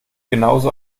genauso